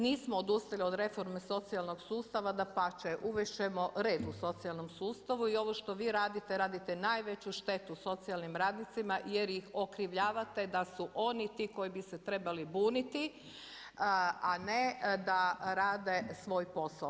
Nismo odustali od reforme socijalnog sustava, dapače, uvest ćemo red u socijalnom sustavu i ovo što vi radite, radite najveću štetu socijalnim radnicima jer ih okrivljavate da su oni ti koji bi se trebali buniti, a ne da rade svoj posao.